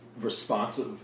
responsive